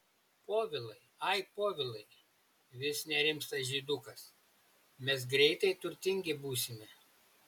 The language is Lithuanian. povilai ai povilai vis nerimsta žydukas mes greitai turtingi būsime